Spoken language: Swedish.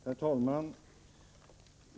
Herr talman!